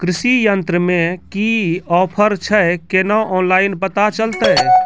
कृषि यंत्र मे की ऑफर छै केना ऑनलाइन पता चलतै?